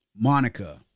Monica